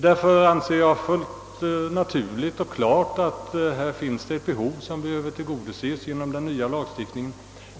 Därför anser jag det vara helt naturligt att här finns ett behov som måste tillgodoses genom den nya lagstiftningen.